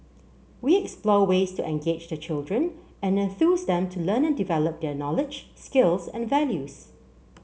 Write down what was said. we explore ways to engage the children and enthuse them to learn and develop their knowledge skills and values